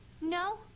No